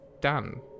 done